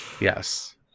Yes